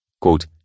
quote